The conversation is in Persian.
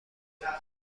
میدهد